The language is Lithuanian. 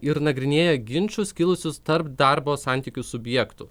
ir nagrinėja ginčus kilusius tarp darbo santykių subjektų